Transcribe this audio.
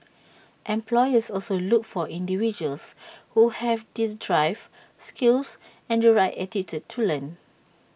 employers also look for individuals who have these drive skills and the right attitude to learn